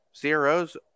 CROs